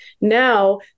Now